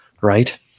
right